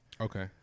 Okay